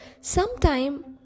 sometime